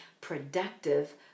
productive